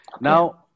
Now